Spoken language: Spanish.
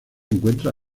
encuentra